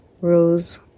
Rose